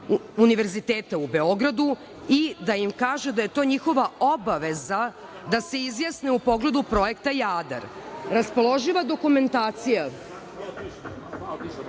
Univerziteta u Beogradu i da im kaže da je to njihova obaveza da se izjasne u pogledu Projekta "Jadar".